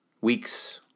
weeks